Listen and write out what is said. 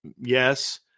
Yes